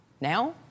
Now